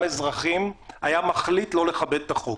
אזרחים היה מחליט לא לכבד את החוק.